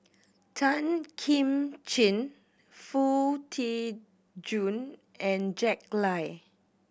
Tan Kim Ching Foo Tee Jun and Jack Lai